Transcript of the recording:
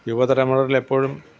യുവതലമുറകൾ എപ്പോഴും